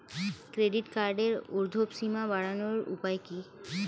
Credit কার্ডের উর্ধ্বসীমা বাড়ানোর উপায় কি?